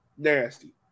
Nasty